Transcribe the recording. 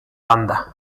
banda